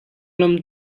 lam